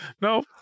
No